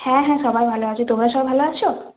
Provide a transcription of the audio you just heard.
হ্যাঁ হ্যাঁ সবাই ভালো আছে তোমরা সবাই ভালো আছো